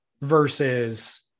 versus